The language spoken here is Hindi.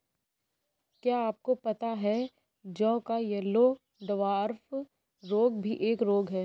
क्या आपको पता है जौ का येल्लो डवार्फ रोग भी एक रोग है?